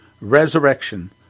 resurrection